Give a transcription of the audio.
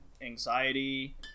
anxiety